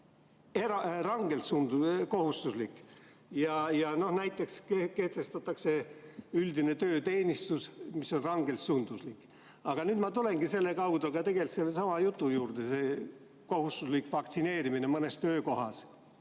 rangelt kohustuslik. Näiteks kehtestatakse üldine tööteenistus, mis on rangelt sunduslik. Aga nüüd ma tulengi selle kaudu tegelikult sellesama jutu juurde, see kohustuslik vaktsineerimine mõnes töökohas.